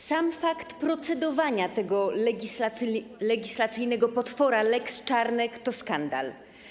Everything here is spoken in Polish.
Sam fakt procedowania tego legislacyjnego potwora, lex Czarnek, to skandal.